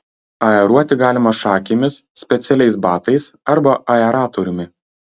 aeruoti galima šakėmis specialiais batais arba aeratoriumi